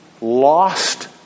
lost